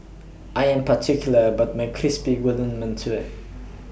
I Am particular about My Crispy Golden mantou